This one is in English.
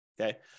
okay